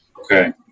Okay